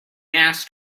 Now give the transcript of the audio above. asked